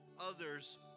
others